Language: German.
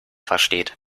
versteht